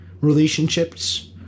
relationships